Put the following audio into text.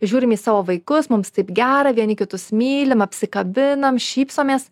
žiūrim į savo vaikus mums taip gera vieni kitus mylim apsikabinam šypsomės